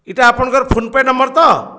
ଇଟା ଆପଣଙ୍କର ଫୋନ୍ପେ ନମ୍ବର ତ